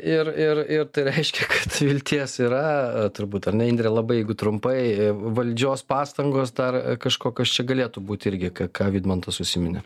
ir ir ir tai reiškia kad vilties yra turbūt ar ne indre labai jeigu trumpai valdžios pastangos dar kažkokios čia galėtų būti irgi ką ką vidmantas užsiminė